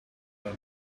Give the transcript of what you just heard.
them